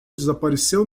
desapareceu